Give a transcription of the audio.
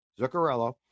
Zuccarello